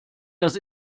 das